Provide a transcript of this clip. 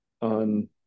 on